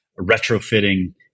retrofitting